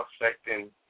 affecting